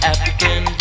African